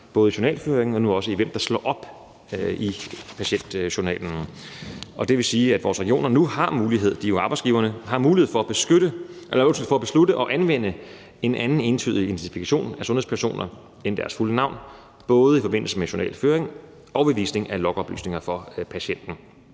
samme journalføring og den samme praksis med, hvem der slår op i patientjournalen. Og det vil sige, at vores regioner nu har mulighed for – de er jo arbejdsgiverne – at beslutte at anvende en anden entydig identifikation af sundhedspersoner end deres fulde navn, både i forbindelse med journalføring og ved visning af logoplysninger for patienten.